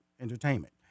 entertainment